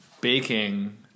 baking